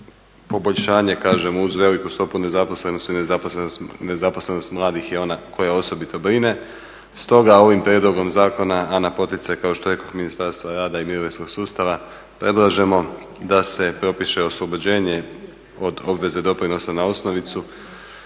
poboljšanje uz veliku stopu nezaposlenosti. I nezaposlenost mladih je ona koja osobito brine. Stoga ovim prijedlogom zakona a na poticaj kao što rekoh Ministarstva rada i mirovinskog sustava predlažemo da se propiše oslobođenje od obveze doprinosa na osnovicu